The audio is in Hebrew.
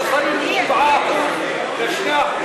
7% ל-2%,